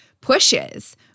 pushes